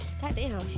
goddamn